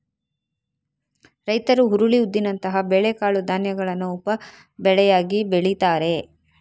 ರೈತರು ಹುರುಳಿ, ಉದ್ದಿನಂತಹ ಬೇಳೆ ಕಾಳು ಧಾನ್ಯಗಳನ್ನ ಉಪ ಬೆಳೆಯಾಗಿ ಬೆಳೀತಾರೆ